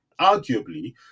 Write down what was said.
Arguably